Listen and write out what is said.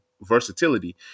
versatility